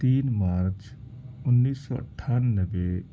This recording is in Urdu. تین مارچ انیس سو اٹھانوے